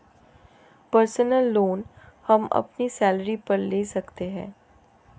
personal loan हम अपनी salary पर ले सकते है